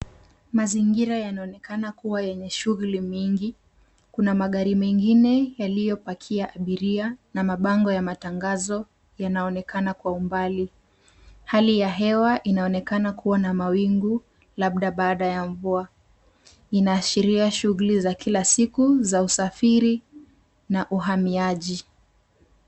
Mazingira yanaonekana kuwa yenye shughuli mingi. Kuna magari mengine yaliyopakia abiria na mabango ya matangazo yanaonekana kwa umbali. Hali ya hewa inaonekana kuwa na mawingu labda baada ya mvua. Inaashiria shughuli za kila siku za usafiri na uhamiaji.